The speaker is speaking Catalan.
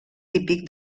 típic